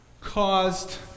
caused